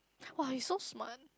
[wah] you so smart